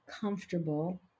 comfortable